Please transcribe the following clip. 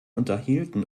unterhielten